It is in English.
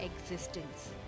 existence